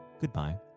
goodbye